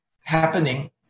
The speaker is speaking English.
happening